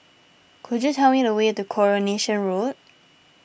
could you tell me the way to Coronation Road